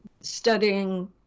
studying